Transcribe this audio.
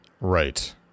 Right